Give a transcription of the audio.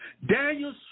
Daniel